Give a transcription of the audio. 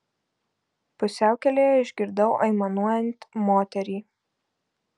pusiaukelėje išgirdau aimanuojant moterį